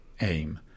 aim